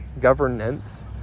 governance